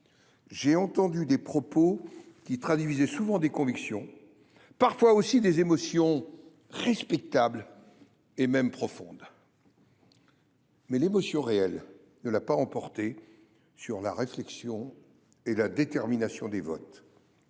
J’ai entendu des propos qui traduisaient souvent des convictions, parfois aussi des émotions respectables et même profondes. » Mais l’émotion réelle ne l’a pas emporté sur la réflexion et la détermination des votes.